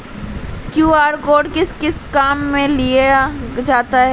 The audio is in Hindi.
क्यू.आर कोड किस किस काम में लिया जाता है?